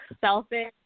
Selfish